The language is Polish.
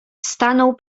stanął